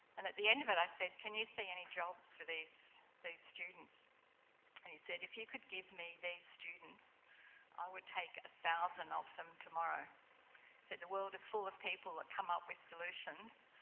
and at the end of it i said can you see any jobs for these these students and he said if you could give me these students i would take a thousand of them tomorrow he said the world is full of people that come up with solutions,